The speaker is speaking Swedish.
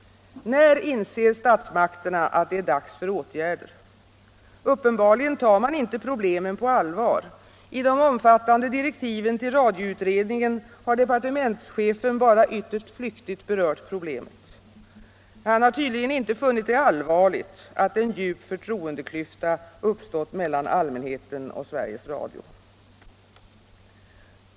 När inser statsmakterna att det är dags för åtgärder? Uppenbarligen tar man inte problemen på allvar. I de omfattande direktiven till radioutredningen har departementschefen bara ytterst flyktigt berört problemet. Han har tydligen inte funnit det allvarligt att en djup förtroendeklyfta uppstått mellan allmänheten och Sveriges Radio.